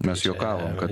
mes juokavom kad